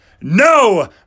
No